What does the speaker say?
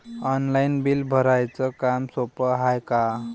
Online bill भराच काम सोपं हाय का?